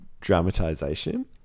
dramatization